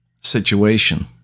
situation